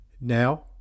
Now